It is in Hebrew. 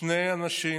שני אנשים